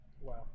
Wow